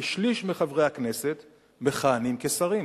כשליש מחברי הכנסת מכהנים כשרים